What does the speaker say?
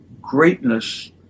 greatness